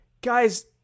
Guys